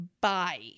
bye